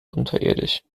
unterirdisch